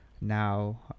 now